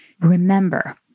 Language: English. remember